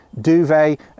duvet